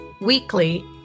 weekly